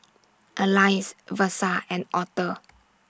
Alize Versa and Aurthur